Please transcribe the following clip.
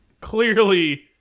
Clearly